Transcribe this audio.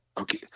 Okay